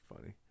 funny